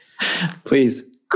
Please